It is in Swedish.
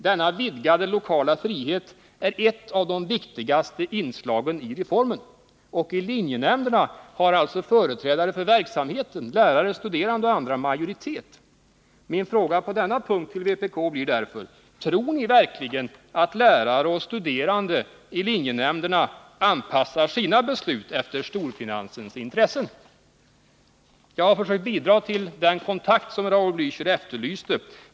Denna vidgade lokala frihet är ett av de viktigaste inslagen i reformen. I linjenämnderna har alltså företrädare för verksamheten — lärare, studerande och andra — majoritet. Min fråga på denna punkt till vpk blir därför: Tror ni verkligen att lärare och studerande i linjenämnderna anpassar sina beslut efter storfinansens intressen? Jag har försökt bidra till den kontakt som Raul Blächer efterlyste.